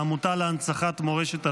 העמותה להנצחת מורשת הלח"י,